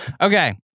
Okay